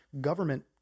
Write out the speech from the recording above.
Government